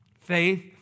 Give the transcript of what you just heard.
Faith